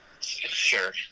Sure